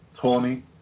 Tony